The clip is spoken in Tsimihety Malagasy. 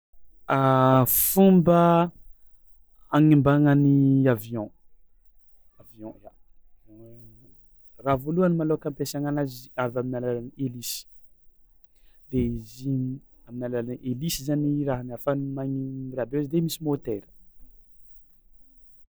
Fomba agnambagnan'ny avion avion ya avion raha voalohany malôhaka ampiasaigna anazy izy avy amin'ny alalan'ny helisy de izy amin'ny alalan'ny helisy zany i rahany ahafahany magni- mirabezy de misy môtera.